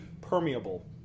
permeable